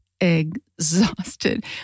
exhausted